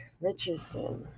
Richardson